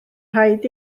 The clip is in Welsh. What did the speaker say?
rhaid